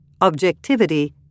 Objectivity